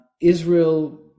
Israel